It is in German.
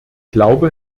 glaube